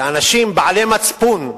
לאנשים בעלי מצפון,